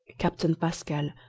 capt. and pascal,